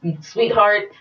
Sweetheart